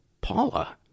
paula